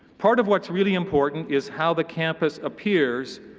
part of what's really important is how the campus appears,